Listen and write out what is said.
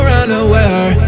unaware